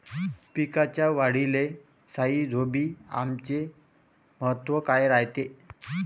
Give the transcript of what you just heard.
पिकाच्या वाढीले राईझोबीआमचे महत्व काय रायते?